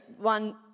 one